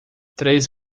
três